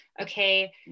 okay